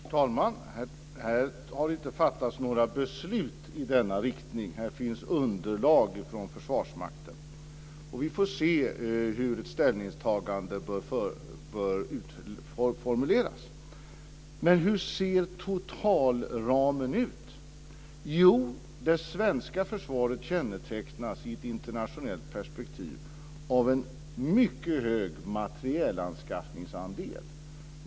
Fru talman! Här har inte fattats några beslut i denna riktning. Här finns underlag från försvarsmakten. Vi får se hur ett ställningstagande bör formuleras. Hur ser totalramen ut? Jo, det svenska försvaret kännetecknas i ett internationellt perspektiv av en mycket hög materielanskaffningsandel.